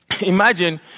imagine